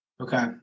Okay